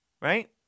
right